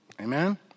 Amen